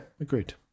agreed